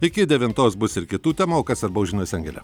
iki devintos bus ir kitų temų o kas svarbaus žiniose angele